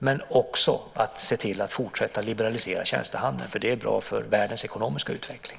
Det handlar också om att se till att fortsätta att liberalisera tjänstehandeln. Det är bra för världens ekonomiska utveckling.